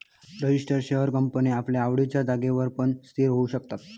register share company आपल्या आवडिच्या जागेर पण स्थिर होऊ शकता